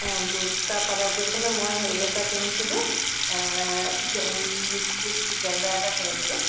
অঁ দুটা প্ৰডাক্ট বুইছনে মই হেৰি এটা কিনিছিলোঁ মিক্সি যিটো গ্ৰাইণ্ডাৰ এটা কিনিছিলোঁ